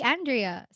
Andrea